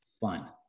fun